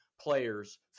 players